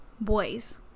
boys